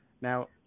Now